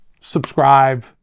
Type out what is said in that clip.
subscribe